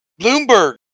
Bloomberg